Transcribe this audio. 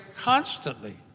constantly